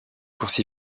courses